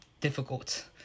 difficult